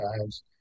times